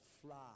fly